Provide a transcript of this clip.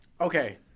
Okay